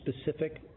specific